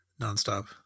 nonstop